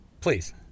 Please